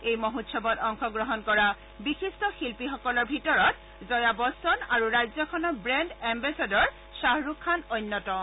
এই মহোৎসৱত অংশ গ্ৰহণ কৰা বিশিট্ট শিল্পীসকলৰ ভিতৰত জয়া বচ্চন আৰু ৰাজ্যখনৰ ব্ৰেণ্ড এম্বেচাদৰ শ্বাহৰুখ খান অন্যতম